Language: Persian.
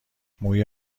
موی